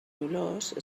olors